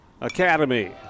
Academy